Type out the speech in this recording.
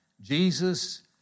Jesus